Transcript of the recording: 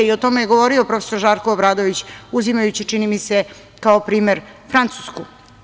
O tome je govori profesor Žarko Obradović, uzimajući čini mi se kao primer Francusku.